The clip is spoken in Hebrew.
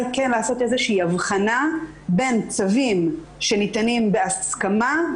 כן לעשות אבחנה בין צווים שניתנים בהסכמה,